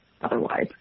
otherwise